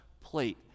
plate